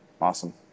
Awesome